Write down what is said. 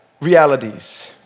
realities